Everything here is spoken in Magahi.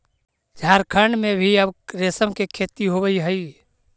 झारखण्ड में भी अब रेशम के खेती होवऽ हइ